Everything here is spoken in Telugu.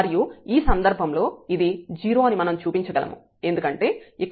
మరియు ఈ సందర్భంలో ఇది 0 అని మనం చూపించగలము ఎందుకంటే ఇక్కడ y 0 అవుతుంది